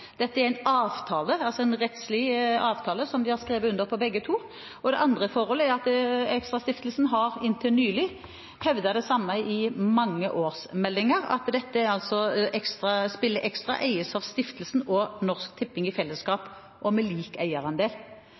dette spillet. Dette er en rettslig avtale som de har skrevet under på begge to. Det andre forholdet er at ExtraStiftelsen inntil nylig har hevdet det samme i mange årsmeldinger, at spillet Extra eies av ExtraStiftelsen og Norsk Tipping i fellesskap og med lik eierandel.